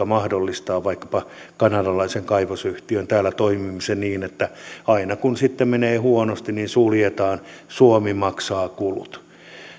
mahdollistaa vaikkapa kanadalaisen kaivosyhtiön täällä toimimisen niin että aina kun sitten menee huonosti niin suljetaan ja suomi maksaa kulut